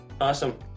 Awesome